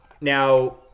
Now